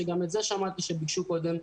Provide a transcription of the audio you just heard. שגם את זה שמעתי שביקשו קודם,